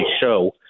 show